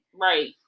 Right